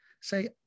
Say